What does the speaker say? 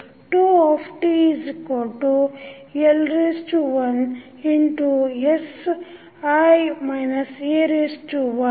tL 1sI A 1